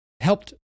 helped